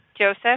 Joseph